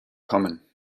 common